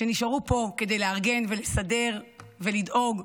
שנשארו פה כדי לארגן ולסדר ולדאוג,